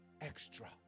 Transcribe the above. Extra